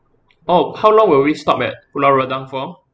oh how long will we stop at pulau redang for